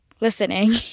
listening